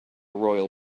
royal